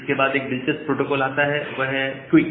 इसके बाद एक दिलचस्प प्रोटोकॉल आता है और वह है क्विक